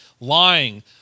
lying